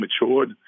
matured